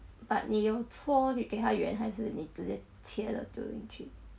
but 你要搓你给他圆还是你直接切了丢进去